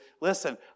listen